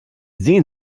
sehen